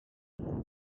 baron